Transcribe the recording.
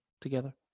together